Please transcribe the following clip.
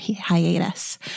hiatus